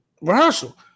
rehearsal